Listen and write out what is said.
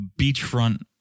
beachfront